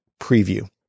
preview